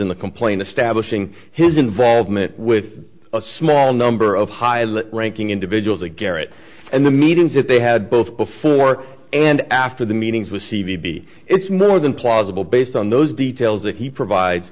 in the complaint establishing his involvement with a small number of highly ranking individuals a garret and the meetings that they had both before and after the meetings with c v b it's more than plausible based on those details that he provides